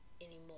anymore